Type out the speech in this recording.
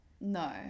No